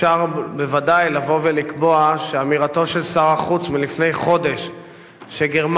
אפשר בוודאי לבוא ולקבוע שאמירתו של שר החוץ לפני חודש שגרמניה,